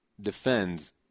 defends